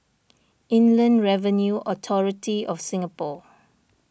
Inland Revenue Authority of Singapore